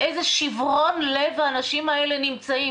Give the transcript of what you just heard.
באיזה שברון לב האנשים האלה נמצאים.